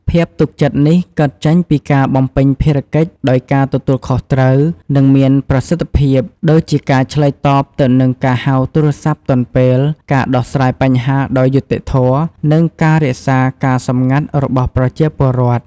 ភាពទុកចិត្តនេះកើតចេញពីការ បំពេញភារកិច្ចដោយការទទួលខុសត្រូវ និងមានប្រសិទ្ធភាព ដូចជាការឆ្លើយតបទៅនឹងការហៅទូរស័ព្ទទាន់ពេល ការដោះស្រាយបញ្ហាដោយយុត្តិធម៌ និងការរក្សាការសម្ងាត់របស់ប្រជាពលរដ្ឋ។